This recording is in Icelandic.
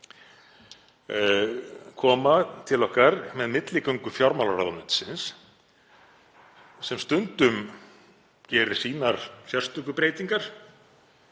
til okkar með milligöngu fjármálaráðuneytisins sem stundum gerir sínar sérstöku breytingar